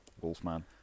Wolfman